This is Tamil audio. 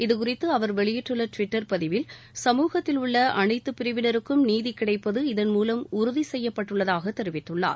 இதுகுறித்து அவர் வெளியிட்டுள்ள டுவிட்டர் பதிவில் சமூகத்தில் உள்ள அனைத்தப் பிரிவினருக்கும் நீதி கிடைப்பது இதன்மூலம் உறுதி செய்யப்பட்டுள்ளதாகத் தெரிவித்துள்ளார்